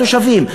על התושבים,